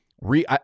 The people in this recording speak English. re